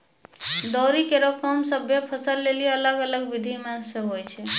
दौरी केरो काम सभ्भे फसल लेलि अलग अलग बिधि सें होय छै?